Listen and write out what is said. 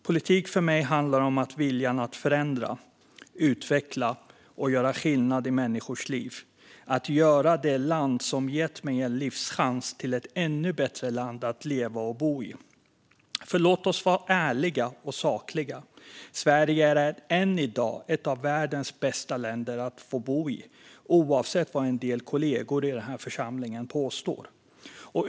Politik handlar för mig om viljan att förändra, utveckla och göra skillnad i människors liv och att göra det land som gett mig en livschans till ett ännu bättre land att bo och leva i. För låt oss vara ärliga och sakliga: Sverige är än i dag ett av världens bästa länder att bo i, oavsett vad en del kollegor i den här församlingen påstår.